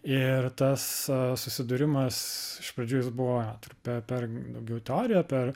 ir tas susidūrimas iš pradžių jis buvo trup per per daugiau teoriją per